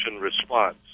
response